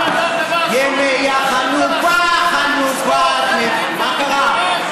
עורכי דין, ימי החנופה חנופת, מה קרה?